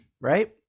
right